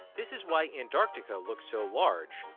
this is why antarctica looks so large,